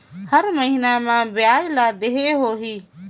हर महीना मा ब्याज ला देहे होही?